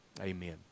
Amen